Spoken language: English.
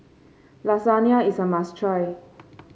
lasagna is a must try